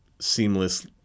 seamless